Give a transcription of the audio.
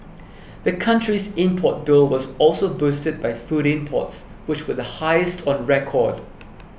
the country's import bill was also boosted by food imports which were the highest on record